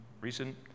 recent